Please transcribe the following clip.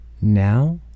now